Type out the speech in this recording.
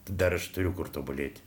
dar aš turiu kur tobulėti